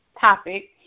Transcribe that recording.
topic